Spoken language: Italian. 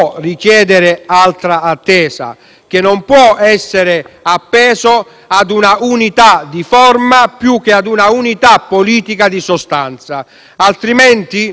e non può essere appeso a un'unità di forma più che a un'unità politica di sostanza. Altrimenti dovremmo dire anche in questa sede,